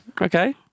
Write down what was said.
Okay